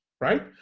right